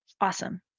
Awesome